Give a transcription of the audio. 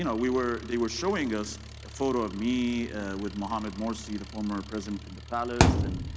you know we were. they were showing us a photo of me with mohamed morsi, the former president in the palace, and